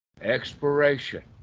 Expiration